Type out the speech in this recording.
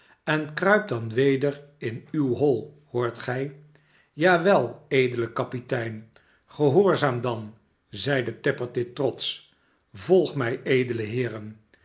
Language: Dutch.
en kruip dan weder in uw hoi hoort gij ja wel edele kapitein sgehoorzaam dan zeide tappertit trotsch volgt mij edele heeren